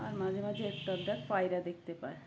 আর মাঝে মাঝে একটা আধটা পায়রা দেখতে পায়